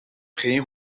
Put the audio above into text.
geen